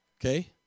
Okay